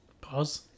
Pause